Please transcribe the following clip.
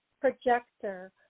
projector